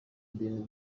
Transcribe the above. ibintu